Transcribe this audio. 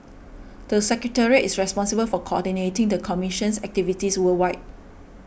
the secretariat is responsible for coordinating the commission's activities worldwide